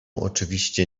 oczywiście